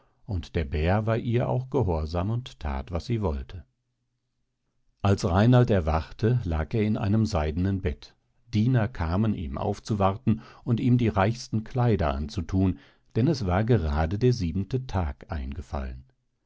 und der bär war ihr auch gehorsam und that was sie wollte als reinald erwachte lag er in einem seidenen bett diener kamen ihm aufzuwarten und ihm die reichsten kleider anzuthun denn es war gerade der siebente tag eingefallen